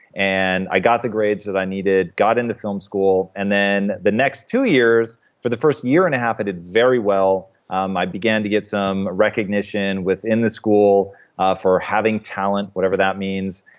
and i got the grades that i needed, got into film school, and then the next two years for the first year and a half i did very well. um i began to get some recognition within the school ah for having talent, whatever that means,